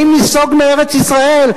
האם ניסוג מארץ-ישראל,